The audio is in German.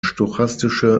stochastische